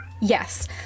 Yes